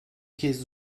kez